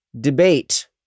debate